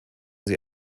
sie